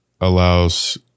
allows